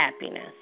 happiness